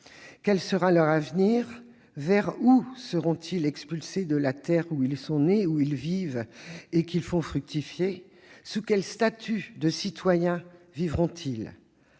et bientôt annexés ? Vers où seront-ils expulsés de la terre où ils sont nés, où ils vivent et qu'ils font fructifier ? Sous quel statut de citoyen vivront-ils ?